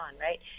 right